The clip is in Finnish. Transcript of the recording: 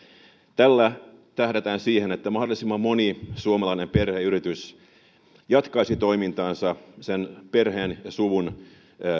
tällä tähdätään siihen että mahdollisimman moni suomalainen perheyritys jatkaisi toimintaansa perheen ja suvun